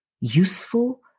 useful